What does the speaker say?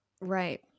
Right